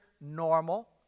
normal